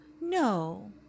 no